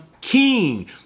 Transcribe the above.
King